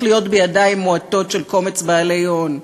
להיות בידיים מועטות של קומץ בעלי הון.